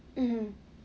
mmhmm